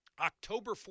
October